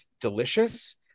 delicious